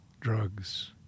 drugs